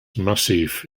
massif